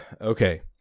Okay